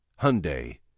Hyundai